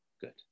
good